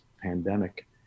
pandemic